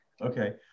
Okay